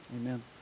Amen